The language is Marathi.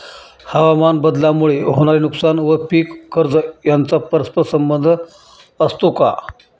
हवामानबदलामुळे होणारे नुकसान व पीक कर्ज यांचा परस्पर संबंध असतो का?